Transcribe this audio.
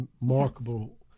remarkable